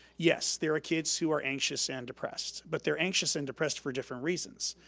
yes, there are kids who are anxious and depressed but they're anxious and depressed for different reasons.